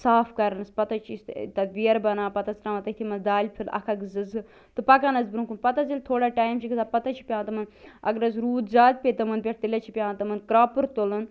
صاف کرنَس پتہٕ حظ چھِ أسۍ ٲں تتھ بیرٕ بناوان پتہٕ حظ ترٛاوان تٔتھی منٛز دالہِ پھٔلۍ اکھ اکھ زٕ زٕ تہٕ پکان حظ برٛۄنٛہہ کُن پتہٕ حط ییٚلہِ تھوڑا ٹایِم چھُ گَژھان پتہٕ حظ چھِ پیٚوان تِمن اگر حظ روٗد زیادٕ پیٚے تِمن پٮ۪ٹھ تیٚلہِ حظ چھِ پیٚوان تِمن کرٛاپُر تُلُن